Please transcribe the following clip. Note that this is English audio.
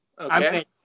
okay